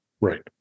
Right